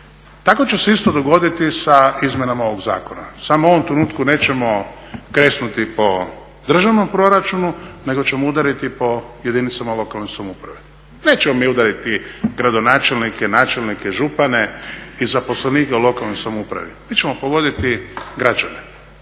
Tako će se isto dogoditi sa izmjenama ovog zakona, samo u ovom trenutku nećemo kresnuti po državnom proračunu, nego ćemo udariti po jedinicama lokalne samouprave. Nećemo mi udariti gradonačelnike, načelnike, župane i zaposlenike u lokalnoj samoupravi. Mi ćemo pogoditi građane